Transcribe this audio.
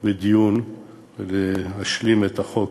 בדיון ולהשלים את החוק